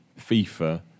FIFA